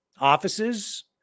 offices